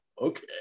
okay